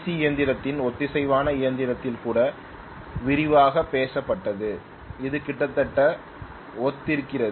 C இயந்திரத்தில் ஒத்திசைவான இயந்திரத்தில் கூட விரிவாகப் பேசப்பட்டது இது கிட்டத்தட்ட ஒத்திருக்கிறது